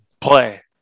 play